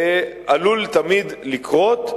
זה עלול לקרות.